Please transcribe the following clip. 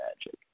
magic